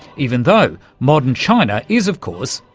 even though modern china is, of course,